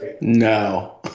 No